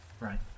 Right